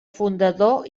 fundador